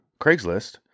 Craigslist